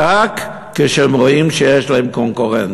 רק כשהם רואים שיש להם קונקורנט.